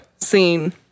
scene